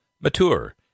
mature